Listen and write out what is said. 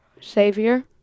Savior